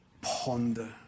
ponder